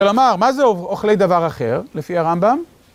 כלומר, מה זה אוכלי דבר אחר, לפי הרמב"ם?